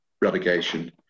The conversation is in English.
relegation